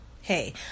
Hey